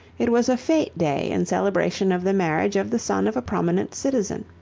it was a fete day in celebration of the marriage of the son of a prominent citizen,